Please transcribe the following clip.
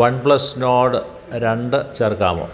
one plus Nord രണ്ട് ചേർക്കാമോ